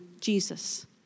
Jesus